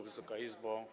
Wysoka Izbo!